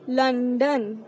London